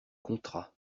contrat